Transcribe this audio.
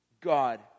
God